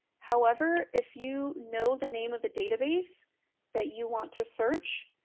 however if you know the name of the database that you want to search,